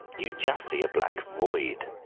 you'd just see a black void,